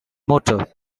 motor